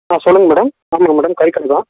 ஆ சொல்லுங்க மேடம் ஆமாங்க மேடம் கறிக் கடை தான்